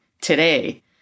today